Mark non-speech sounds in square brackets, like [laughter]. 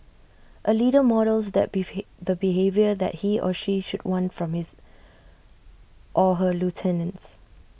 A leader models that the [unintelligible] the behaviour that he or she should want from his or her lieutenants